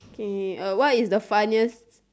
k uh what is the funniest